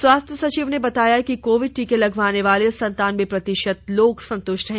स्वास्थ्य सचिव ने बताया कि कोविड टीके लगवाने वाले संतानबे प्रतिशत लोग संतुष्ट हैं